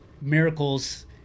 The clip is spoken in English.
Miracles